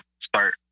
start